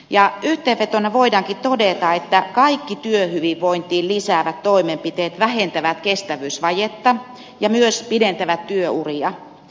yhteenvetona voidaankin todeta että kaikki työhyvinvointia lisäävät toimenpiteet vähentävät kestävyysvajetta ja myös pidentävät työuria